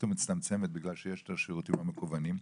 ומצטמצמת בגלל שיש את השירותים המקוונים.